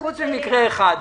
פרט למקרה אחד.